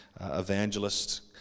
evangelist